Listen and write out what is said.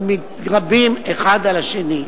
המתרבים אחד על השני.